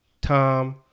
Tom